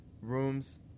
rooms